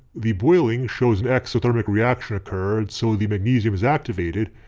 the boiling shows an exothermic reaction occurred so the magnesium is activated.